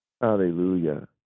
Hallelujah